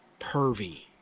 pervy